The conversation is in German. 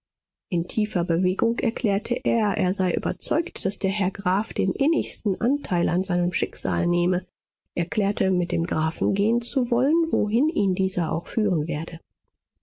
in tiefer bewegung erklärte er er sei überzeugt daß der herr graf den innigsten anteil an seinem schicksal nehme erklärte mit dem grafen gehen zu wollen wohin ihn dieser auch führen werde